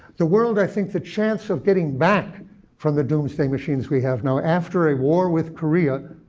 the world, i think the chance of getting back from the doomsday machines we have now, after a war with korea,